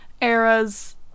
eras